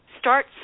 start